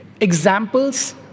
examples